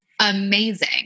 amazing